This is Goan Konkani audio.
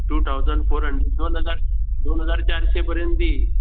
टू थावजन फोर हंड दोन हजार दोन हजार चारशे पर्यन दी